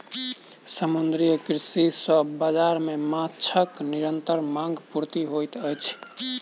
समुद्रीय कृषि सॅ बाजार मे माँछक निरंतर मांग पूर्ति होइत अछि